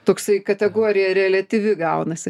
toksai kategorija reliatyvi gaunasi